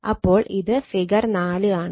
അപ്പോൾ ഇത് ഫിഗർ 4 ആണ്